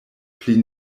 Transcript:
pli